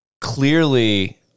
clearly